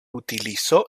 utilizó